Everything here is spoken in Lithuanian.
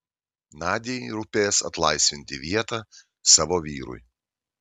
nadiai rūpės atlaisvinti vietą savo vyrui